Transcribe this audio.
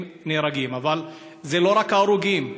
אבל זה לא ההרוגים,